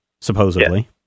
supposedly